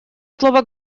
слово